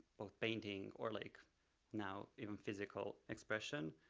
of painting or like now, even physical expression,